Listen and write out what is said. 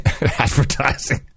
advertising